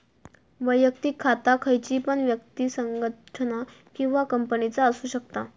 वैयक्तिक खाता खयची पण व्यक्ति, संगठना किंवा कंपनीचा असु शकता